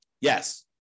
Yes